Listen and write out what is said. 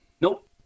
nope